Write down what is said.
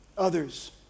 others